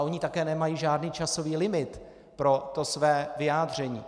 Oni také nemají žádný časový limit pro své vyjádření.